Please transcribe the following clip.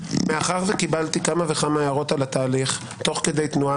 מאחר שקיבלתי כמה וכמה הערות על התהליך תוך כדי תנועה